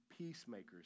peacemakers